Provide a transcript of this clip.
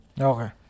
Okay